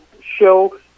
show